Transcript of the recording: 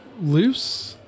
loose